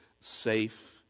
safe